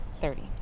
Thirty